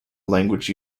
language